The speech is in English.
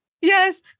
yes